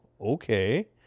okay